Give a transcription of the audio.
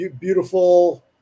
Beautiful